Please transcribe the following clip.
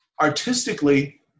Artistically